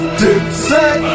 dipset